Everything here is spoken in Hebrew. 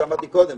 שאמרתי קודם,